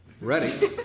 Ready